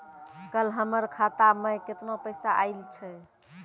कल हमर खाता मैं केतना पैसा आइल छै?